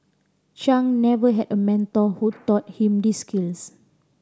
chung never had a mentor who taught him these skills